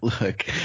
Look